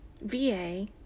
VA